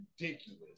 ridiculous